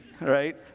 right